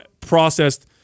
processed